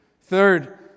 Third